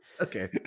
Okay